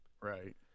Right